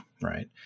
right